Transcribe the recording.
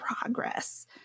progress